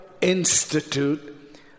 Institute